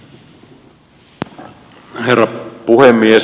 herra puhemies